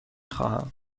خواهم